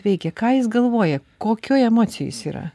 veikia ką jis galvoja kokių emocijų jis yra